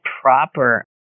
proper